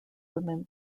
women